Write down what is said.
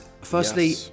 firstly